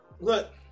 Look